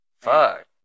Fuck